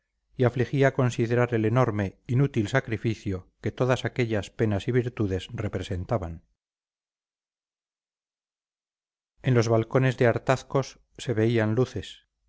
y afligía considerar el enorme inútil sacrificio que todas aquellas penas y virtudes representaban en los balcones de artazcos se veían luces